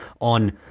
on